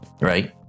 Right